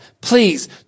please